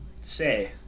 say